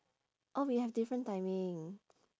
oh we have different timing